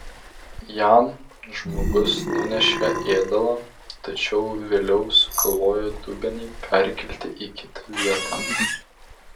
jam žmogus nunešė ėdalo tačiau vėliau sugalvojo dubenį perkelti į kitą vietą